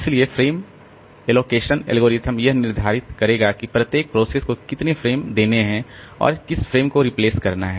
इसलिए frame allocation algorithm यह निर्धारित करेगा कि प्रत्येक प्रोसेस को कितने फ्रेम देने हैं और किस फ्रेम को रिप्लेस करना है